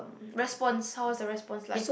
response how was the response like